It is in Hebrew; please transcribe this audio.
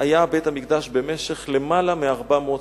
היה בית-המקדש במשך למעלה מ-400 שנה,